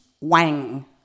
Wang